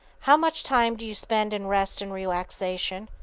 how much time do you spend in rest and relaxation?